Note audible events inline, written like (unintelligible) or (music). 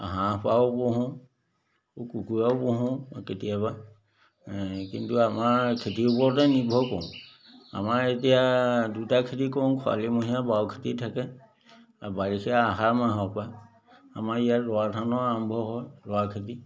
হাঁহ পাৰও পোহোঁ কুকুৰাও পোহোঁ কেতিয়াবা এ কিন্তু আমাৰ খেতিৰ ওপৰতে নিৰ্ভৰ কৰোঁ আমাৰ এতিয়া দুটা খেতি কৰোঁ খৰালিমহীয়া বাও খেতি থাকে আৰু বাৰিষা আহাৰ মাহৰ পৰা আমাৰ ইয়াত (unintelligible) ধানৰ আৰম্ভ হয় (unintelligible) খেতি